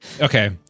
Okay